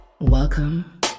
Welcome